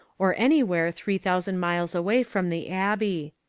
or anywhere three thousand miles away from the abbey.